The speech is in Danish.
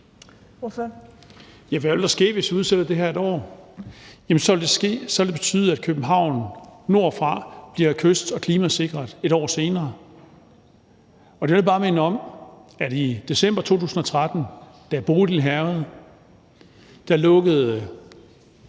Hvad ville der ske, hvis vi udsætter det her et år? Jamen det vil betyde, at København nordfra bliver kyst- og klimasikret et år senere. Jeg vil bare minde om, at i december 2013, da Bodil hærgede, lukkede